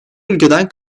ülkeden